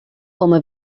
coma